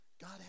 God